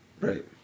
Right